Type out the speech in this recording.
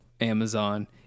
Amazon